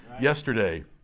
yesterday